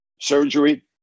surgery